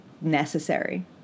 necessary